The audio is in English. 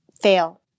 fail